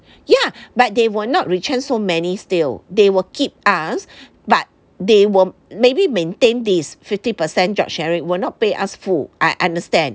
ya but they will not retrench so many still they will keep us but they will maybe maintain this fifty per cent job sharing will not pay us full I understand